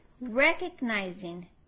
recognizing